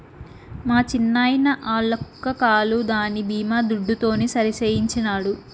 మా చిన్నాయిన ఆల్ల కుక్క కాలు దాని బీమా దుడ్డుతోనే సరిసేయించినాడు